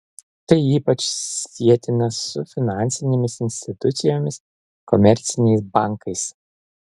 tai ypač sietina su finansinėmis institucijomis komerciniais bankais